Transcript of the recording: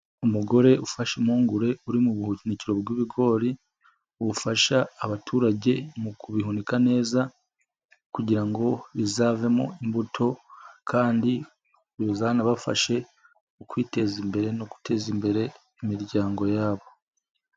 Umugore ufashe impungure, uri mu buhunikiro bw'ibigori, bufasha abaturage mu kubihunika neza, kugira ngo bizavemo imbuto kandi buzanabafashe mu kwiteza imbere, no guteza imbere imiryango yabo.